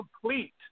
complete